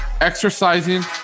exercising